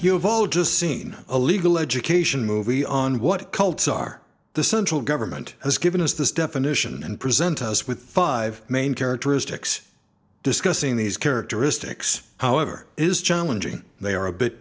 all just seen a legal education movie on what cults are the central government has given us this definition and present us with five main characteristics discussing these characteristics however is challenging they are a bit